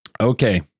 Okay